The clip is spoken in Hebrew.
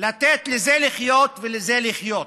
לתת לזה לחיות ולזה לחיות,